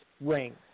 ring